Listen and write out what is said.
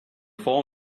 full